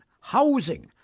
housing